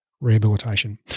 Rehabilitation